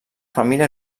família